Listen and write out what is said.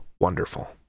wonderful